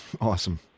Awesome